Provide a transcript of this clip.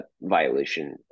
violation